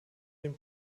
den